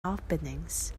openings